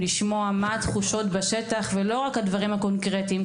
לשמוע מה התחושות בשטח ולא רק הדברים הקונקרטיים,